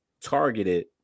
targeted